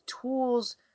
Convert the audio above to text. tools